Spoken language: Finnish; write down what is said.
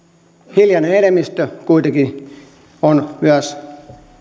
hiljainen enemmistö kuitenkin on myös